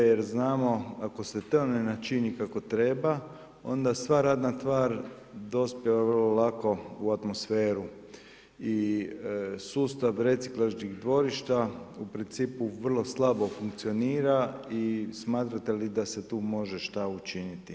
Jer znamo ako se to ne načini kako treba onda sva radna tvar dospijeva vrlo lako u atmosferu i sustav reciklažnih dvorišta u principu vrlo slabo funkcionira i smatrate li da se tu može šta učiniti?